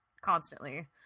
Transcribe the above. constantly